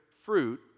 fruit